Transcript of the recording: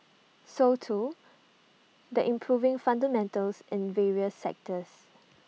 so too the improving fundamentals in various sectors